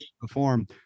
perform